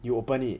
you open it